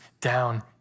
down